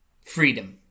Freedom